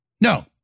No